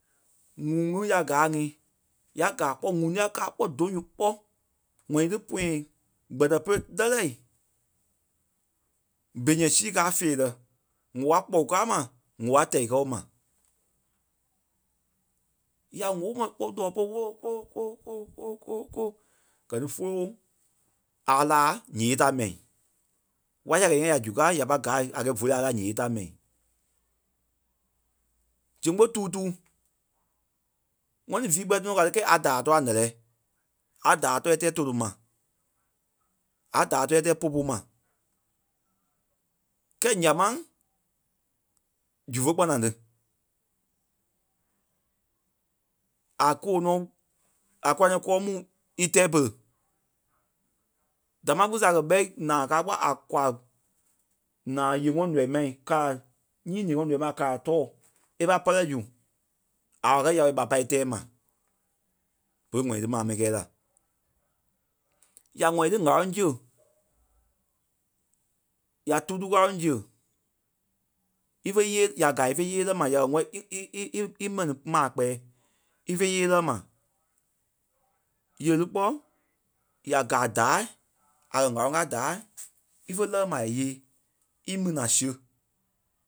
ŋuŋ ŋí ya gaa ŋí ya gaa kpɔ́ ŋuŋ lîa káa kpɔ́ dôŋ su kpɔ́. ŋ̀ɔnii pɔ̃yɛ kpɛtɛ pere lɛ́lɛɛ. Bíûŋ sii káa feerɛ woâ kpɔlu kaa ma, woâ tɛi kɔɔ ma. Ya ŋ̀óo mɛni kpɔ́ tuɛ pere wowowowowowowo gɛ ni folo a laa yée ta mɛi. Watch sii a kɛ̀ íyee ya zu káa, ya pai gaa a gɛɛ vòloi a líi a yée ta mɛi. Zegbe-tutuu. ŋɔni vii kpɛɛ tɔnɔ ka ti kɛɛ a daai tɔɔ a lɛ́lɛɛ. A daai tɔɔ e tɛɛ tóloŋ ma. A daai tɔɔ e tɛɛ popo ma. Kɛɛ nyaa máŋ dífe kpana ti. A kɔɔ̂ŋ nɔ a kula nɔ íkɔɔ mu í tɛ́ pere. Damaa kpîŋ seh a kɛ̀ ɓɛ naa káa kpɔ́ a kwaa naa yèŋɔɔ nɔii ma kâa. Nyii yeŋɔɔ nɔii ma a kala tɔɔ e pai pɛlɛ zu a wɔ yâo ɓa pai ítɛɛ ma bere ŋɔni ti maa mɛni kɛɛ la. ŋa wɛlii ti ŋ̀áloŋ siɣe ya tutuu ŋ̀áloŋ siɣe ífe yée ya gaa ífe íyee lɛ́ lɛɣɛ ma ya kɛ̀ wɛli e- e- e- e- e- mɛni maa kpɛɛ ífe íyee lɛɣɛ ma. Yé lí kpɔ́ ya gaa daâi a kɛ̀ ŋ̀áloŋ kaa daâi ífe lɛɣɛ ma a íyee í mena siɣe